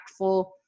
impactful